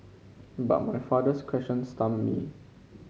but my father's question stumped me